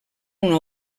una